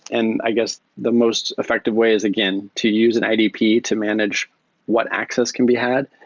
and i guess the most effective way is, again, to use an idp to manage what access can be had.